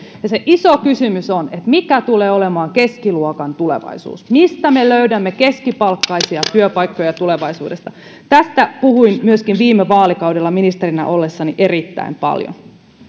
iso kysymys on mikä tulee olemaan keskiluokan tulevaisuus mistä me löydämme keskipalkkaisia työpaikkoja tulevaisuudessa tästä puhuin myöskin viime vaalikaudella ministerinä ollessani erittäin paljon